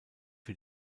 für